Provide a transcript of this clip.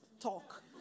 talk